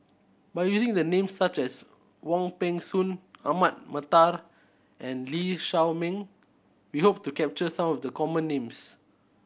by using the names such as Wong Peng Soon Ahmad Mattar and Lee Shao Meng we hope to capture some of the common names